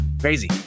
Crazy